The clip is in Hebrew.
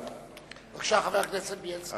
בבקשה, חבר הכנסת בילסקי.